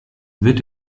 wird